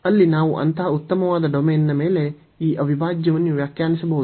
ಅಲ್ಲಿ ನಾವು ಅಂತಹ ಉತ್ತಮವಾದ ಡೊಮೇನ್ನ ಮೇಲೆ ಈ ಅವಿಭಾಜ್ಯವನ್ನು ವ್ಯಾಖ್ಯಾನಿಸಬಹುದು